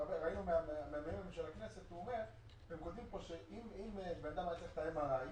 ראינו במחקר של הכנסת שאומר שאם בן אדם היה צריך MRI,